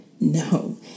No